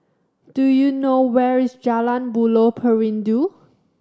do you know where is Jalan Buloh Perindu